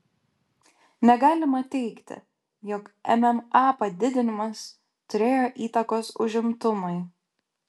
negalima teigti jog mma padidinimas turėjo įtakos užimtumui